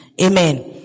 Amen